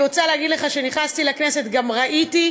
אני רוצה להגיד לך שכשנכנסתי לכנסת גם ראיתי,